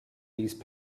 these